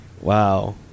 Wow